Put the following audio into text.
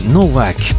Novak